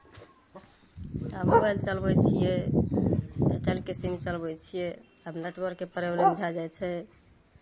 mobile चलबै छियै एयरटेलके सिम चलबै छियै आब नेटवर्कके प्रोबलेम भए जाइ छै